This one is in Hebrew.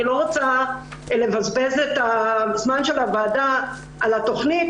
אני לא רוצה לבזבז את זמן הוועדה על התוכנית.